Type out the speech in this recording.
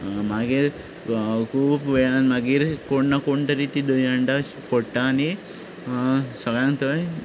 मागीर खूब वेळान मागीर कोण ना कोण तरी ती दही हंडी फोडटा आनी सगळ्यांक थंय